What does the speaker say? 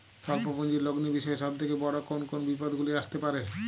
স্বল্প পুঁজির লগ্নি বিষয়ে সব থেকে বড় কোন কোন বিপদগুলি আসতে পারে?